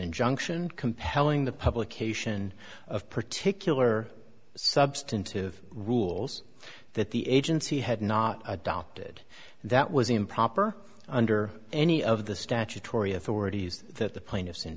injunction compelling the publication of particular substantive rules that the agency had not adopted that was improper under any of the statutory authorities that the plaintiffs in